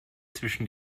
zwischen